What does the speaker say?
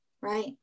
right